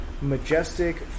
Majestic